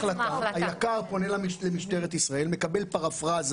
היק"ר פונה למשטרת ישראל, מקבל פרפראזה